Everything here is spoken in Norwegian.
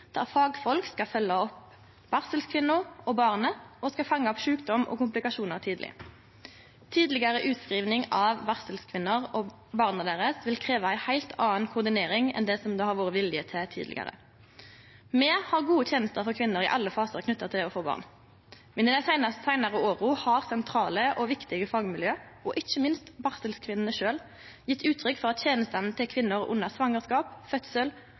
der fagfolk skal følgje opp barselkvinna og barnet og fange opp sjukdom og komplikasjonar tidleg. Tidlegare utskriving av barselkvinner og barnet deira vil krevje ei heilt anna koordinering enn det har vore vilje til tidlegare. Me har gode tenester for kvinner i alle fasar knytte til å få barn, men i dei seinare åra har sentrale og viktige fagmiljø og ikkje minst barselkvinnene sjølv gjeve uttrykk for at tenestene til kvinner under svangerskap, fødsel